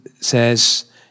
says